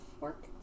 work